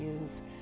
use